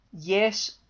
Yes